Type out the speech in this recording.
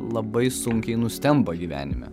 labai sunkiai nustemba gyvenime